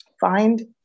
find